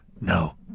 no